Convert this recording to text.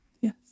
yes